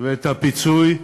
ואת הפיצוי,